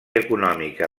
econòmica